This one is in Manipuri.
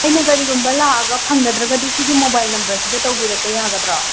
ꯑꯩꯅ ꯀꯔꯤꯒꯨꯝꯕ ꯂꯥꯛꯑꯒ ꯐꯪꯅꯗ꯭ꯔꯒꯗꯤ ꯁꯤꯒꯤ ꯃꯣꯕꯥꯏꯜ ꯅꯝꯕꯔꯁꯤꯗ ꯇꯧꯕꯤꯔꯛꯄ ꯌꯥꯒꯗ꯭ꯔꯣ